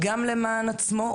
גם למען עצמו,